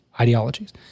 ideologies